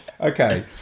Okay